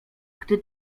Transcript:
gdy